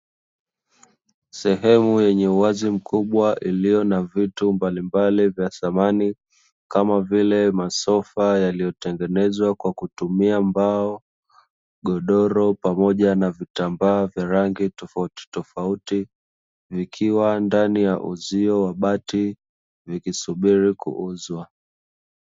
Sehemu yenye uwazi mkubwa iliyo na vitu mbalimbali vya thamani kama vile masofa pamoja na vitambaa vya rangi tofauti tofauti nikiwa ndani ya uzio wa bati vikisubiri kuuzwa.